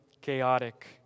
chaotic